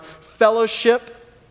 fellowship